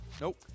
Nope